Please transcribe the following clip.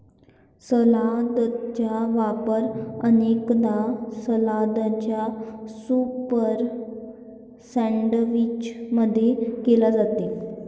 सलादचा वापर अनेकदा सलादच्या सूप सैंडविच मध्ये केला जाते